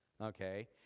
okay